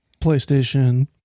PlayStation